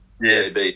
Yes